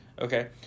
Okay